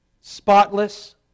spotless